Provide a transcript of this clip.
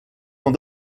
dans